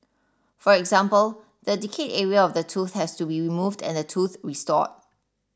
for example the decayed area of the tooth has to be removed and the tooth restored